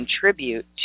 contribute